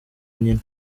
nyina